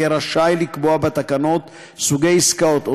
יהיה רשאי לקבוע בתקנות סוגי עסקאות או